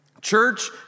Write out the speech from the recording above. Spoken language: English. Church